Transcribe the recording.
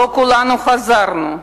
לא כולנו חזרנו,